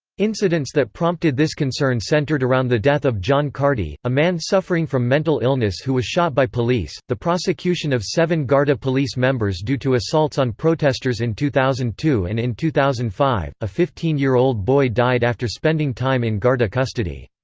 incidents that prompted this concern centred around the death of john carty, a man suffering from mental illness who was shot by police, the prosecution of seven garda police members due to assaults on protesters in two thousand and in two thousand and five, a fifteen year old boy died after spending time in garda custody.